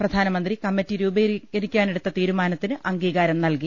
പ്രധാന മന്ത്രി കമ്മിറ്റി രൂപീകരിക്കാനെടുത്ത തീരുമാനത്തിന് അംഗീകാരം നൽകി